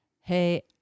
hey